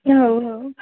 ହଉ ହଉ